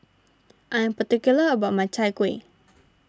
I am particular about my Chai Kuih